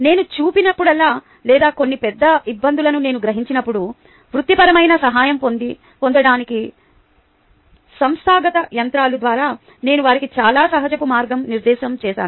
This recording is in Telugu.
నేను చూసినప్పుడల్లా లేదా కొన్ని పెద్ద ఇబ్బందులను నేను గ్రహించినప్పుడు వృత్తిపరమైన సహాయం పొందడానికి సంస్థాగత యంత్రాల ద్వారా నేను వారికి చాలా సజావుగా మార్గనిర్దేశం చేశాను